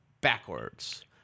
backwards